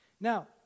Now